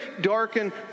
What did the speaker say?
darken